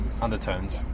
undertones